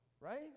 right